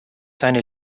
seine